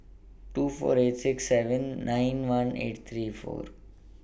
two four eight six seven nine one eight three four